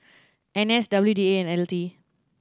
N S W D A and L T